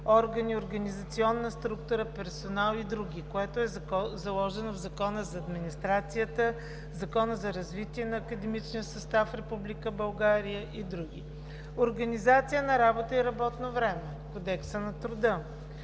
органи, организационна структура, персонал и други, което е заложено в Закона за администрацията, Закона за развитие на академичния състав в Република България и други; организация на работа и работно време – в Кодекса на труда;